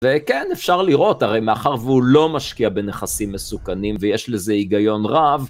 וכן, אפשר לראות, הרי מאחר והוא לא משקיע בנכסים מסוכנים ויש לזה היגיון רב.